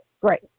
great